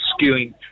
skewing